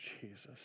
Jesus